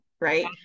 Right